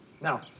Now